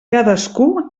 cadascú